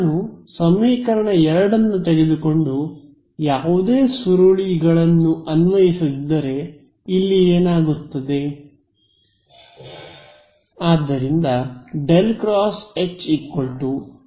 ನಾನು ಸಮೀಕರಣ 2 ಅನ್ನು ತೆಗೆದುಕೊಂಡು ಯಾವುದೇ ಸುರುಳಿಗಳನ್ನು ಅನ್ವಯಿಸದಿದ್ದರೆ ಇಲ್ಲಿ ಏನಾಗುತ್ತದೆ